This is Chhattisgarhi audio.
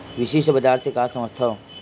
विशिष्ट बजार से का समझथव?